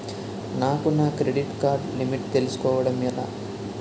నాకు నా credit card limit తెలుసుకోవడం ఎలా?